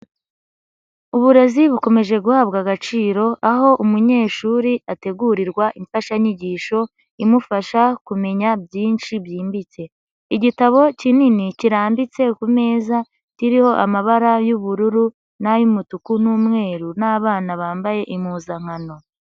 Uburezi bukomeje guhabwa agaciro aho umunyeshuri ategurirwa imfashanyigisho imufasha kumenya byinshi byimbitse, igitabo kinini kirambitse ku meza kiriho amabara y'ubururu, n'ay'umutuku n'umweru n'abana bambaye impuzankano.